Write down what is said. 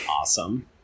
Awesome